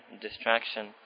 distraction